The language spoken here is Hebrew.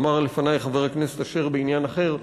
אמר לפני חבר הכנסת אשר בעניין אחר,